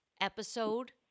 episode